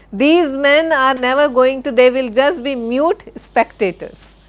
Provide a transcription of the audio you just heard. these men are never going they will just be mute spectators.